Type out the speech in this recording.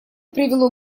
привело